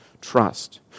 trust